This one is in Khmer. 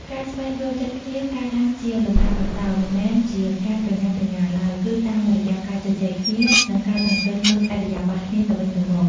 ការស្វែងយល់ចិត្តគ្នាកើតឡើងជាលំដាប់លំដោយ មិនមែនជាការប្រញាប់ប្រញាល់ឡើយ គឺតាមរយៈការជជែកគ្នា និងការសង្កេតមើលឥរិយាបថគ្នាទៅវិញទៅមក។